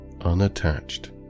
unattached